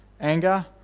anger